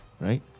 right